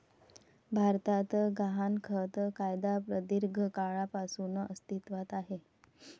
भारतात गहाणखत कायदा प्रदीर्घ काळापासून अस्तित्वात आहे